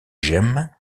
gemmes